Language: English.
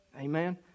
Amen